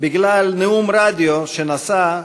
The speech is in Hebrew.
בגלל נאום רדיו שנשא,